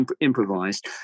improvised